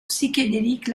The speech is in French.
psychédélique